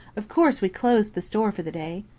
of course we closed the store for the day.